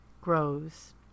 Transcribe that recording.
grows